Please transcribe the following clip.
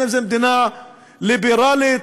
אם מדינה ליברלית,